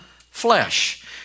flesh